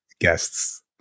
guests